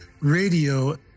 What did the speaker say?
Radio